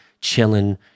chilling